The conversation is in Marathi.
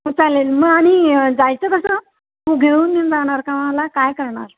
हो चालेल मग आणि जायचं कसं तू घेऊन येऊन जाणार का मला काय करणार